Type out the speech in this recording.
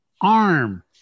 arm